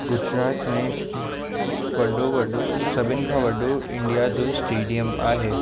गुजरात में वॾो वॾो सभिनि खां वॾो इंडिया जो स्टेडियम आहे